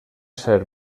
ser